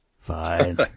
Fine